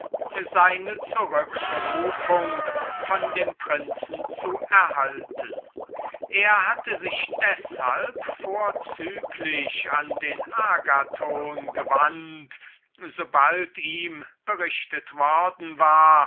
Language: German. seine zurückberufung von dem prinzen zu erhalten er hatte sich deshalben vorzüglich an den agathon gewandt so bald ihm berichtet worden war